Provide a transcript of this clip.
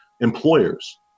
employers